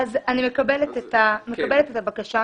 אני מקבלת את הבקשה.